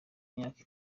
myaka